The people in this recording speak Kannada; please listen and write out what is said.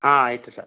ಹಾಂ ಆಯಿತು ಸರ್